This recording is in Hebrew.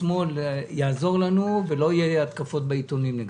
השמאל יעזור לנו ולא יהיו התקפות בעיתונים נגדנו.